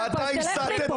לך מפה.